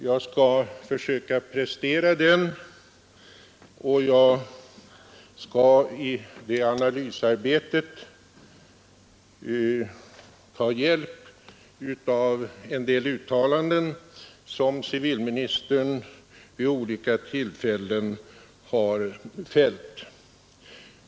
Jag skall försöka prestera den, och jag skall i det analysarbetet ta hjälp av en del uttalanden som civilministern vid olika tillfällen har gjort.